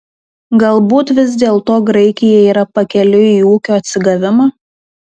galbūt vis dėlto graikija yra pakeliui į ūkio atsigavimą